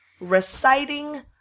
reciting